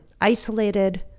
isolated